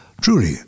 truly